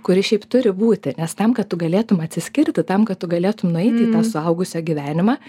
kuris šiaip turi būti nes tam kad tu galėtum atsiskirti tam kad tu galėtum nueiti į tą suaugusio gyvenimą